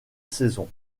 saison